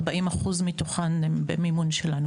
40% מתוכן הן במימוש שלנו.